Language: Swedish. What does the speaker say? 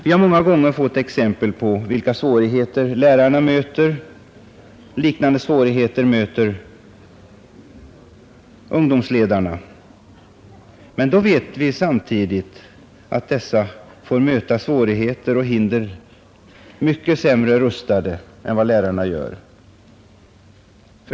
Vi har många gånger fått exempel på vilka svårigheter lärarna möter. Liknande svårigheter möter ungdomsledarna. Men då vet vi samtidigt att dessa får möta svårigheterna och hindren mycket sämre rustade än vad lärarna är.